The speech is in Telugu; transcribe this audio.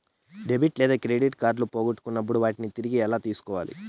డెబిట్ లేదా క్రెడిట్ కార్డులు పోగొట్టుకున్నప్పుడు వాటిని తిరిగి ఎలా తీసుకోవాలి